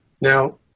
Now